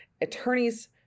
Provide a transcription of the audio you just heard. attorneys